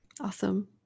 Awesome